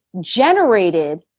generated